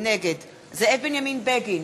נגד זאב בנימין בגין,